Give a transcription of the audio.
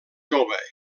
jove